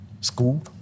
school